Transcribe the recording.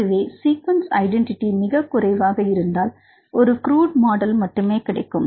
அதுவே sequence identity மிகக் குறைவாக இருந்தால் ஒரு க்ரூட் மாடல் மட்டுமே கிடைக்கும்